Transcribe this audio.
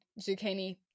zucchini